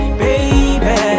baby